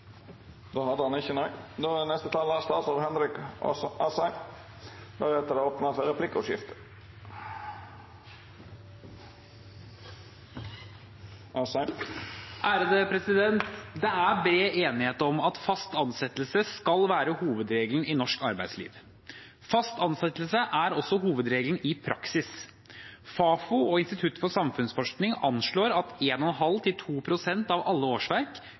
Det er bred enighet om at fast ansettelse skal være hovedregelen i norsk arbeidsliv. Fast ansettelse er også hovedregelen i praksis. Fafo og Institutt for samfunnsforskning anslår at 1,5–2 pst. av alle årsverk utføres av